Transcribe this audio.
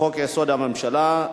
לחוק-יסוד: הממשלה,